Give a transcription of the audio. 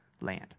land